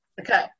Okay